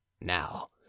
Now